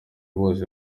bose